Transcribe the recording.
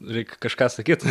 reik kažką sakyt